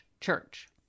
church